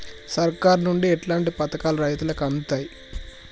సర్కారు నుండి ఎట్లాంటి పథకాలు రైతులకి అందుతయ్?